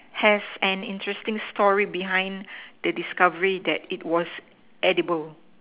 have an interesting story behind the discovery that it was edible